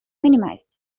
minimized